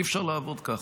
אי-אפשר לעבוד ככה.